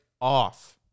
off